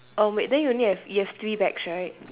oh wait then you only have you have three bags right